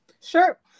Sure